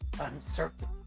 uncertain